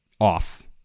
off